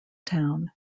town